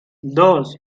dos